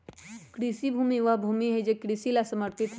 कृषि भूमि वह भूमि हई जो कृषि ला समर्पित हई